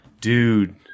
Dude